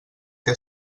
què